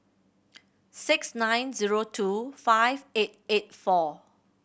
six nine zero two five eight eight four